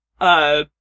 uh-